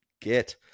get